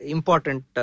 Important